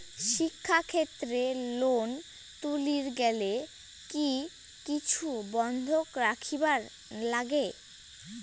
শিক্ষাক্ষেত্রে লোন তুলির গেলে কি কিছু বন্ধক রাখিবার লাগে?